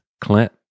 Clint